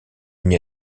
n’y